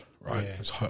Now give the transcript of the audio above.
right